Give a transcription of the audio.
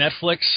Netflix